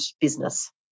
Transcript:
business